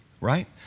right